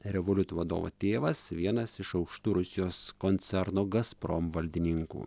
revoliut vadovo tėvas vienas iš aukštų rusijos koncerno gazprom valdininkų